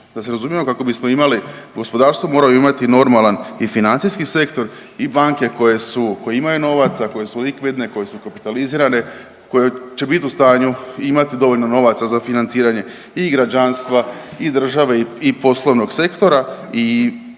Da se razumijemo kako bismo imali gospodarstvo moramo imati i normalan i financijski sektor i banke koje su, koje imaju novaca, koje su likvidne, koje su kapitalizirane, koje će bit u stanju imat dovoljno novaca za financiranje i građanstva i države i poslovnog sektora i,